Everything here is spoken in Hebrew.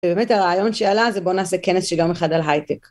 ובאמת הרעיון שעלה זה בואו נעשה כנס שגם אחד על הייטק.